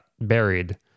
buried